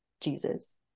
Jesus